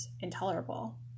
intolerable